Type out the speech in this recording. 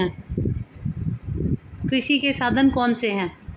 कृषि के साधन कौन कौन से हैं?